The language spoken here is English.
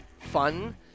fun